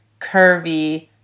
curvy